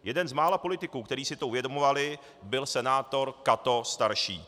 Jeden z mála politiků, kteří si to uvědomovali, byl senátor Cato starší.